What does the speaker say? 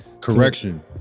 Correction